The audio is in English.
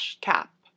cap